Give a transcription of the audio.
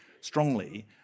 strongly